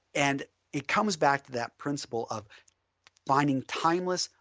and it comes back to that principle of finding timeless,